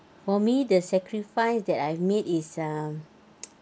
for me the sacrifice that I've made is um